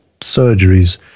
surgeries